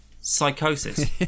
Psychosis